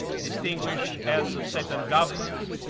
distinguished heads of state and government,